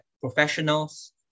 professionals